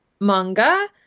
Manga